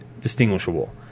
distinguishable